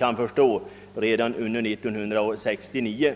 jag förstår påbörjas redan under 1969.